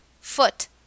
Foot